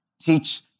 teach